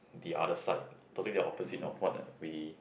the other side totally there're opposite of what we